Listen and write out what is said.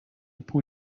پول